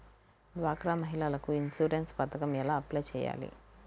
డ్వాక్రా మహిళలకు ఇన్సూరెన్స్ పథకం ఎలా అప్లై చెయ్యాలి?